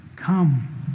Come